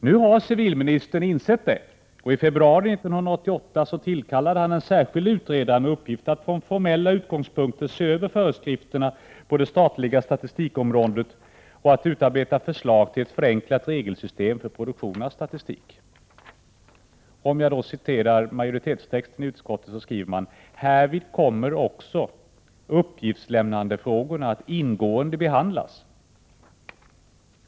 Nu har civilministern insett detta, och i februari 1988 tillkallades en särskild utredare med uppgift att från formella utgångspunkter se över föreskrifterna på det statliga statistikområdet och att utarbeta förslag till ett förenklat regelsystem för produktionen av statistik. ”Härvid kommer också uppgiftslämnarfrågorna att ingående behandlas”, för att citera majoritetstexten i utskottet.